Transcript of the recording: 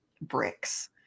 bricks